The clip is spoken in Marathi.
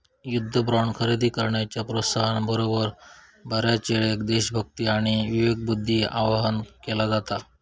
युद्ध बॉण्ड खरेदी करण्याच्या प्रोत्साहना बरोबर, बऱ्याचयेळेक देशभक्ती आणि विवेकबुद्धीक आवाहन केला जाता